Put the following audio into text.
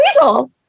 weasel